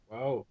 Wow